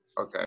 Okay